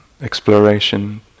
exploration